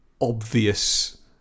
obvious